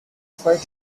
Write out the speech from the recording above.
fight